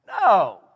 No